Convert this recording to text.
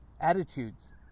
attitudes